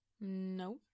No